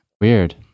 Weird